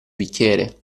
bicchiere